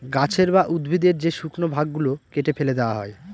গাছের বা উদ্ভিদের যে শুকনো ভাগ গুলো কেটে ফেলে দেওয়া হয়